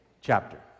chapter